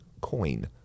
coin